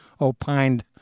opined